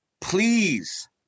Please